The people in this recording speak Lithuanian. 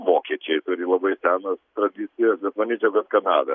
vokiečiai turi labai senas tradicijas manyčiau kad kanada